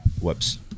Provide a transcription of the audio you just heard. Whoops